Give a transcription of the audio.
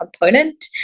component